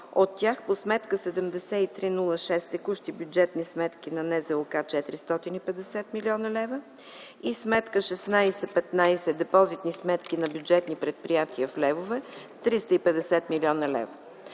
от тях по сметка 7306 „Текущи бюджетни сметки на НЗОК” – 450 млн. лв. и сметка 1615 „Депозитни сметки на бюджетни предприятия в левове” – 350 млн. лв.